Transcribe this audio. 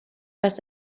was